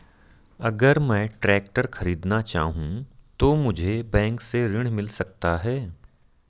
अगर मैं ट्रैक्टर खरीदना चाहूं तो मुझे बैंक से ऋण मिल सकता है?